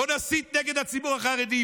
בואו נסית נגד הציבור החרדי.